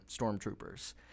stormtroopers